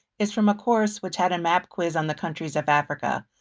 is from a course which had a map quiz on the countries of africa.